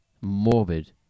morbid